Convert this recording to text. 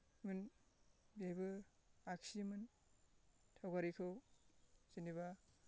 बेबो आखियामोन सावगारिखौ जेनेबा